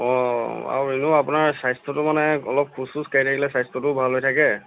অঁ আৰু এনেও আপোনাৰ স্বাস্থ্যটো মানে অলপ খোজ চোজ কাঢ়ি থাকিলে স্বাস্থ্যটোও ভাল হৈ থাকে